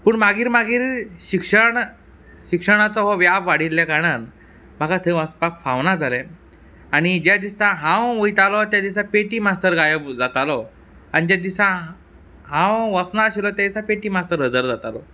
पूण मागीर मागीर शिक्षण शिक्षणाचो व्याप वाडिल्ल्या कारणान म्हाका थंय वसपाक फावना जालें आनी ज्या दिसा हांव वयतालों ते दिसा पेटी मास्टर गायब जातालो आनी ज्या दिसा हांव वसनाशिल्लों ते दिसा पेटी मास्तर हजर जातालो